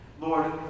Lord